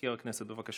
מזכיר הכנסת, בבקשה.